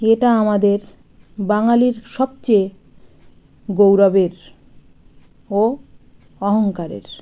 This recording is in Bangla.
এটা আমাদের বাঙালির সবচেয়ে গৌরবের ও অহংকারের